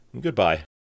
goodbye